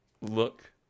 look